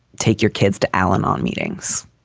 take your kids to al-anon meetings,